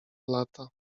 lata